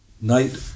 night